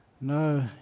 no